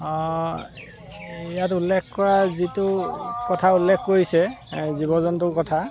ইয়াত উল্লেখ কৰা যিটো কথা উল্লেখ কৰিছে জীৱ জন্তুৰ কথা